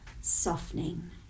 softening